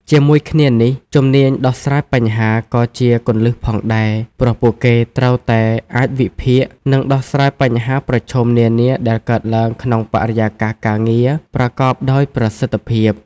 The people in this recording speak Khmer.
ជាមួយគ្នានេះ ជំនាញដោះស្រាយបញ្ហា ក៏ជាគន្លឹះផងដែរ ព្រោះពួកគេត្រូវតែអាចវិភាគ និងដោះស្រាយបញ្ហាប្រឈមនានាដែលកើតឡើងក្នុងបរិយាកាសការងារប្រកបដោយប្រសិទ្ធភាព។